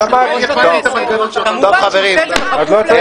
כמובן שהוא עושה את זה בכפוף להסכמות.